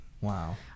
Wow